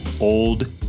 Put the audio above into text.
old